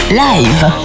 live